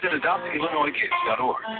AdoptIllinoisKids.org